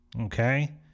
okay